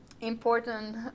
important